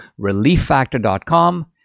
ReliefFactor.com